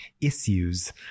issues